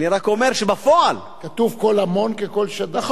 אני רק אומר שבפועל, כתוב: קול המון כקול שדי.